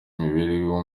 imibereho